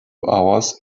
hours